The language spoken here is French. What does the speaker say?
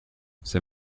ses